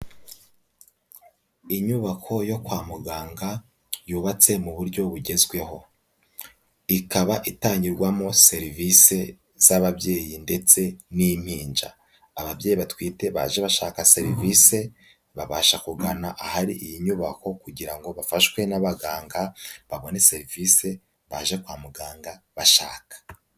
Inyubako yo kwa muganga, yubatse mu buryo bugezweho. Ikaba itangirwamo serivise, z'ababyeyi ndetse n'impinja. Ababyeyi batwite baje bashaka serivise, babasha kugana ahari iyi nyubako, kugira ngo bafashwe n'abaganga, babone serivise baje kwa muganga bashaka.